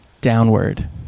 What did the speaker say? downward